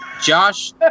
Josh